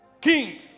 king